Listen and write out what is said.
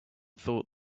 thought